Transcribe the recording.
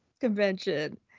convention